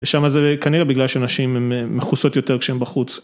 ושמה זה כנראה בגלל שנשים הן מכוסות יותר כשהן בחוץ.